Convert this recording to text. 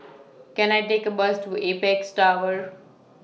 Can I Take A Bus to Apex Tower